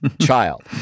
child